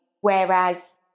whereas